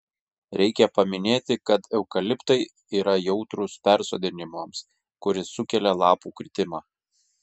reikia paminėti kad eukaliptai yra jautrūs persodinimams kuris sukelia lapų kritimą